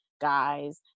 guys